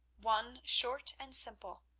one short and simple.